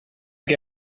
che